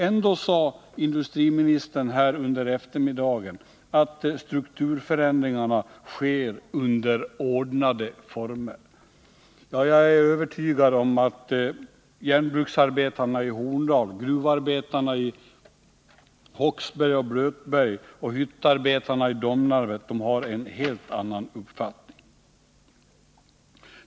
Ändå sade industriministern här under eftermiddagen att strukturförändringarna sker under ordnade former. Jag är övertygad om att järnbruksarbetarna i Horndal, gruvarbetarna i Håksberg och Blötberget och hyttarbetarna i Domnarvet har en helt annan uppfattning.